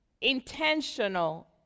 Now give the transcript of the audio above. intentional